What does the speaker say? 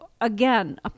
again